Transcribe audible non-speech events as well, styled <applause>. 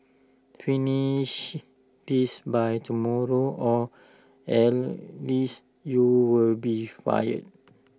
finish this by tomorrow or <unintelligible> you'll be fired